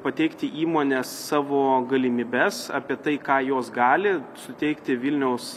pateikti įmones savo galimybes apie tai ką jos gali suteikti vilniaus